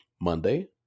Monday